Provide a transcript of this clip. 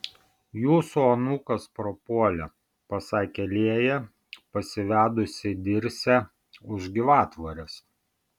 jūsų anūkas prapuolė pasakė lėja pasivedusi dirsę už gyvatvorės